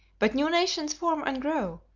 but new nations form and grow,